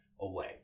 away